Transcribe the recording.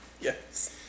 Yes